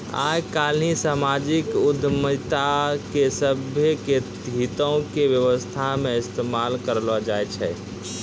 आइ काल्हि समाजिक उद्यमिता के सभ्भे के हितो के व्यवस्था मे इस्तेमाल करलो जाय छै